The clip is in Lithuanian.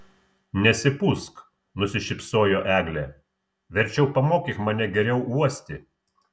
nesipūsk nusišypsojo eglė verčiau pamokyk mane geriau uosti